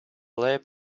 lab